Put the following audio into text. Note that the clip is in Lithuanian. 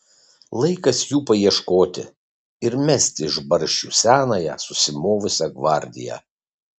laikas jų paieškoti ir mesti iš barščių senąją susimovusią gvardiją